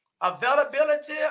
Availability